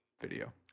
video